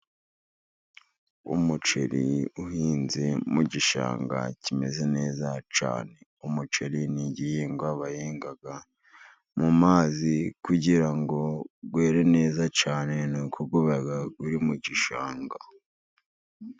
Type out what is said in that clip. Umuceri uhinze mu gishanga kimeze neza cyane. Umuceri ni igihingwa bahinga mu mazi. Kugira ngo were neza cyane ni uko uba uri mu gishanga.